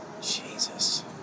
Jesus